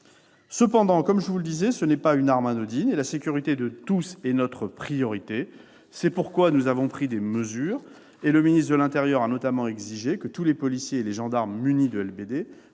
Cependant, comme je vous le disais, cette arme n'est pas anodine et la sécurité de tous est notre priorité. C'est pourquoi nous avons pris des mesures. Ainsi, le ministre de l'intérieur a notamment exigé que tous les policiers et les gendarmes munis de LBD